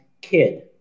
kid